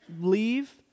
leave